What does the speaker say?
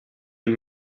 een